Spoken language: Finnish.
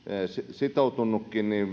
sitoutunutkin niin